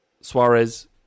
Suarez